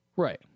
Right